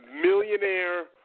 millionaire